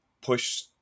push